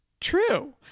true